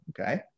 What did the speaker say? okay